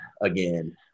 again